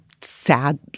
sad